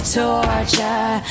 torture